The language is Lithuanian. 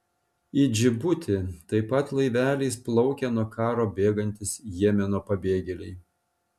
į džibutį taip pat laiveliais plaukia nuo karo bėgantys jemeno pabėgėliai